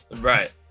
right